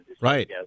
right